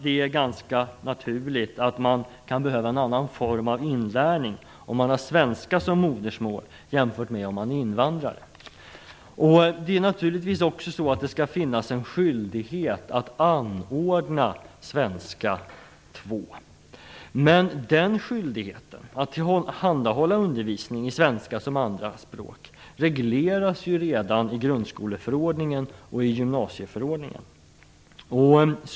Det är ganska naturligt att man kan behöva en annan form av inlärning om man har svenska som modersmål än om man är invandrare. Det skall finnas en skyldighet att anordna svenska 2. Men skyldigheten att tillhandahålla undervisning i svenska som andraspråk regleras ju redan i grundskoleförordningen och i gymnasieförordningen.